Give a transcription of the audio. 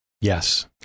Yes